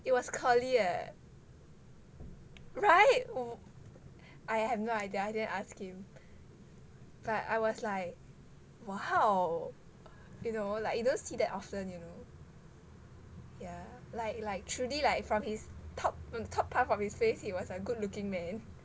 it was curly leh [right] I have no idea I didn't ask him but I was like !wow! you know like you don't see that often you know yeah like like truly like from his from the top part from his face he was a good looking man